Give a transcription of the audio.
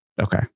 Okay